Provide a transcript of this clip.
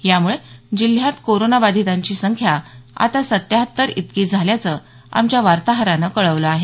यामुळे जिल्ह्यात कोरोनाबाधितांची संख्या आता सत्त्याहत्तर इतकी झाल्याचं आमच्या वार्ताहरानं कळवलं आहे